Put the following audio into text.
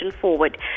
forward